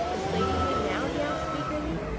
is slaty here now? he asked eagerly.